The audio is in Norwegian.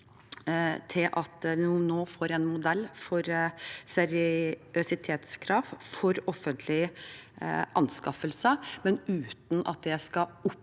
til at vi nå får en modell for seriøsitetskrav for offentlige anskaffelser, men uten at det skal oppleves